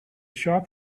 shop